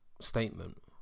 statement